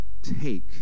take